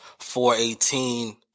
418